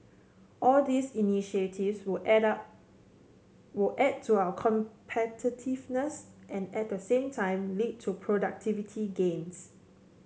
all these initiatives will add up will add to our competitiveness and at the same time lead to productivity gains